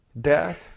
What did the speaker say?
death